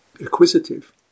acquisitive